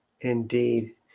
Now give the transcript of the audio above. Indeed